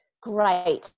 great